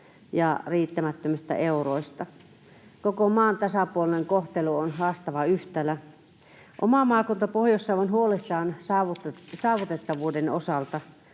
ja riittämättömistä euroista. Koko maan tasapuolinen kohtelu on haastava yhtälö. Oma maakuntani Pohjois-Savo on huolissaan saavutettavuuden osalta.